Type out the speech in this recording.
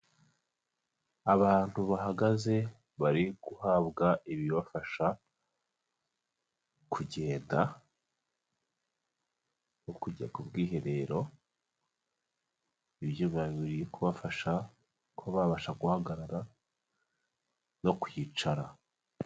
Abantu bahagaze, bari guhabwa ibibafasha kugenda, nko kujya kubwiherero, ibyuma biri kubafasha kuba babasha guhagarara, no kwicara.